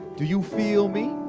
do you feel me,